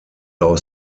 aus